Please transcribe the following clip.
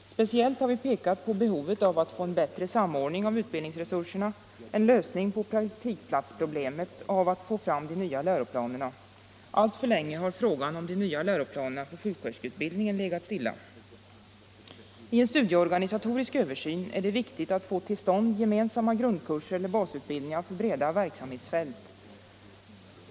Speciellt har vi pekat på behovet av att få en bättre samordning av utbildningsresurserna, en lösning på praktikplatsproblemet och av att få fram de nya läroplanerna. Alltför länge har frågan om nya läroplaner för sjuksköterskeutbildningen legat stilla. I en studieorganisatorisk översyn är det viktigt att få till stånd gemensamma grundkurser eller basutbildningar för breda verksamhetsfält.